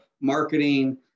marketing